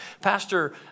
Pastor